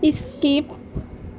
skip